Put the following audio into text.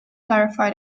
clarify